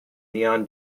neon